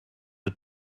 the